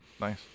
Nice